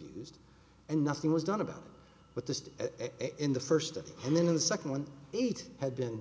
abused and nothing was done about it but the air in the first and then the second one eat had been